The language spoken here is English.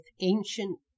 ancient